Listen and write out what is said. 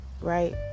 Right